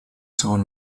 segon